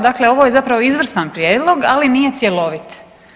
Dakle, ovo je zapravo izvrstan prijedlog, ali nije cjelovit.